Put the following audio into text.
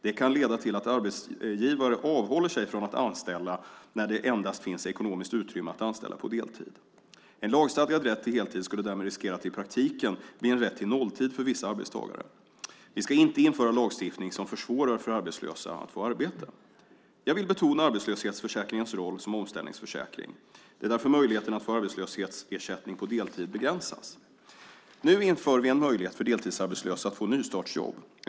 Det kan leda till att arbetsgivare avhåller sig från att anställa när det endast finns ekonomiskt utrymme att anställa på deltid. En lagstadgad rätt till heltid skulle därmed riskera att i praktiken bli en rätt till nolltid för vissa arbetstagare. Vi ska inte införa lagstiftning som försvårar för arbetslösa att få arbete. Jag vill betona arbetslöshetsförsäkringens roll som omställningsförsäkring. Det är därför möjligheten att få arbetslöshetsersättning på deltid begränsas. Nu inför vi en möjlighet för deltidsarbetslösa att få nystartsjobb.